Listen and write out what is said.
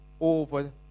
over